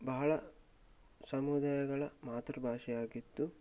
ಬಹಳ ಸಮುದಾಯಗಳ ಮಾತೃಭಾಷೆಯಾಗಿತ್ತು